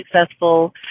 successful